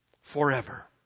Forever